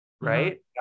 right